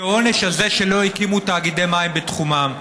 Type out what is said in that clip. כעונש על זה שלא הקימו תאגידי מים בתחומן.